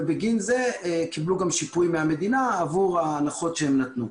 ובגין זה קיבלו גם שיפוי מהמדינה עבור ההנחות שהן נתנו.